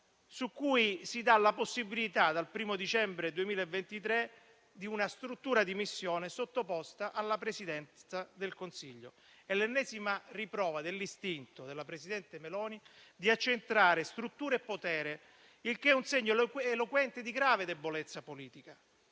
i compiti, con la possibilità, dal 1° dicembre 2023, di una struttura di missione sottoposta alla Presidenza del Consiglio: è l'ennesima riprova dell'istinto della presidente Meloni di accentrare strutture e potere, il che è un segno eloquente di grave debolezza politica.